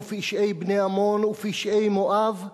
וגם פשעי בני עמון ופשעי מואב.